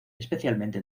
especialmente